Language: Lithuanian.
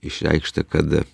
išreikšta kad